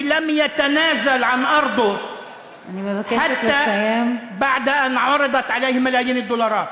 אשר לא ויתר על אדמתו אפילו לאחר שהוצעו לו מיליוני דולרים.